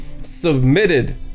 submitted